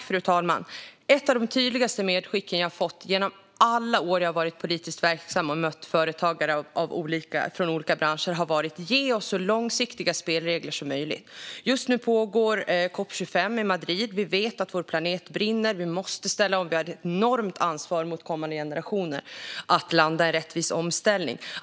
Fru talman! Ett av de tydligaste medskick jag fått genom alla år jag varit politiskt verksam och mött företagare från olika branscher har varit: Ge oss så långsiktiga spelregler som möjligt! Just nu pågår COP 25 i Madrid. Vi vet att vår planet brinner. Vi måste ställa om. Vi har ett enormt ansvar mot kommande generationer att landa i rättvis omställning.